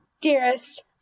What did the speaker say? Dearest